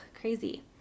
crazy